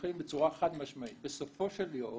מוכיחים בצורה חד משמעית, בסופו של יום